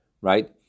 right